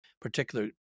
particular